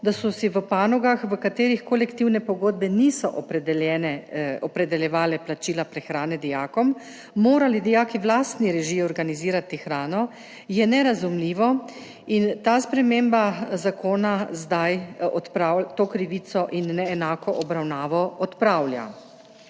da so si v panogah, v katerih kolektivne pogodbe niso opredeljevale plačila prehrane dijakom, morali dijaki v lastni režiji organizirati hrano, je nerazumljivo. Ta sprememba zakona zdaj to krivico in neenako obravnavo. Prav